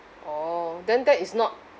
orh then that is not